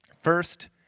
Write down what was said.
First